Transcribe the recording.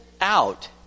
out